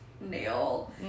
nail